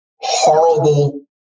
horrible